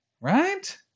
right